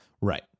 Right